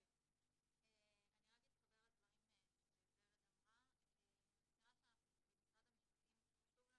אני רק אתחבר לדברים של ורד אני מזכירה שחשובה